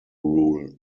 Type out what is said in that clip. rule